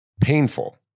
painful